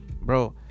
Bro